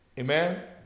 Amen